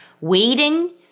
waiting